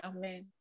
Amen